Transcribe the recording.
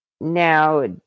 Now